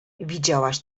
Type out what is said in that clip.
widziałaś